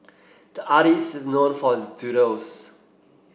the artist is known for his doodles